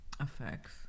Effects